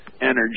energy